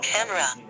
Camera